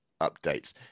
updates